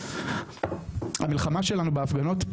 כן,